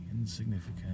insignificant